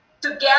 together